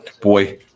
Boy